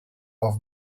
off